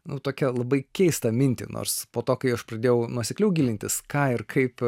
nu tokią labai keistą mintį nors po to kai aš pradėjau nuosekliau gilintis ką ir kaip